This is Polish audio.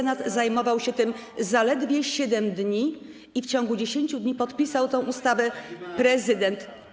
Senat zajmował się tym zaledwie 7 dni i w ciągu 10 dni podpisał tę ustawę prezydent.